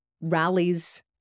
rallies